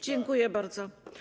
Dziękuję bardzo.